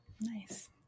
Nice